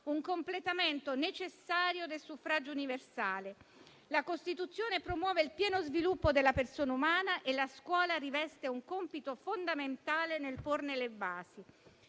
un completamento necessario del suffragio universale. La Costituzione promuove il pieno sviluppo della persona umana e la scuola riveste un compito fondamentale nel porne le basi.